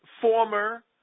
former